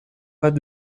pas